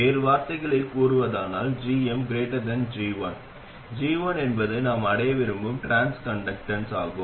வேறு வார்த்தைகளில் கூறுவதானால் gm G1 G1 என்பது நாம் அடைய விரும்பும் டிரான்ஸ் கண்டக்டன்ஸ் ஆகும்